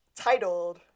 titled